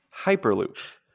Hyperloops